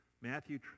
Matthew